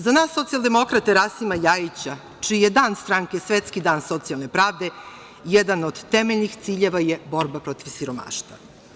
Za nas socijaldemokrate Rasima Ljajića, čiji je dan stranke svetski dan socijalne pravde, jedan od temeljnih ciljeva je borba protiv siromaštva.